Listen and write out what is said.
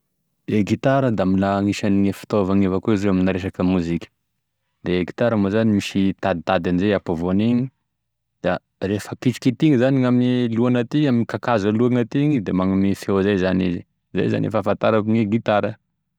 E gitara da mbola agnisany fitaovany evakoa izy io amina resaka moziky, de gitara moa zany misy taditadiny zay ampivoany egny, da da rehefa kitikithigny zany gname lohany aty amy kakazo alohany aty igny da magnome feo zay zany izy, izay zany e fahafantarako ny gitara.